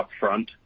upfront